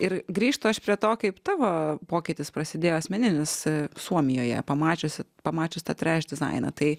ir grįžtu aš prie to kaip tavo pokytis prasidėjo asmeninis suomijoje pamačiusi pamačius tą treš dizainą tai